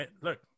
look